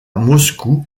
moscou